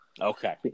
Okay